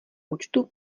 účtu